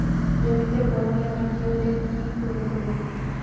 জমিতে বোরনের ঘাটতি হলে কি প্রয়োগ করব?